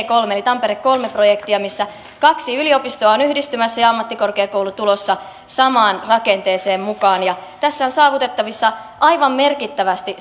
kolme eli tampere kolme projektia missä kaksi yliopistoa on yhdistymässä ja ammattikorkeakoulu tulossa samaan rakenteeseen mukaan tässä on saavutettavissa aivan merkittävästi